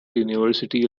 university